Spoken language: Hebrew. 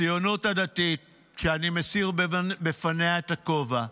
הציונות הדתית, שאני מסיר בפניה את הכובע,